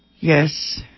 Yes